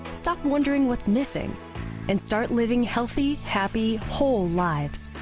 stop wondering what's missing and start living healthy, happy whole lives.